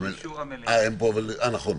נכון.